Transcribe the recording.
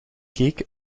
keek